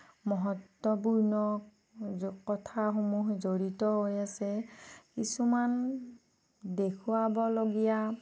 মহত্বপূৰ্ণ কথাসমূহ জড়িত হৈ আছে কিছুমান দেখুৱাবলগীয়া